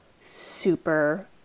super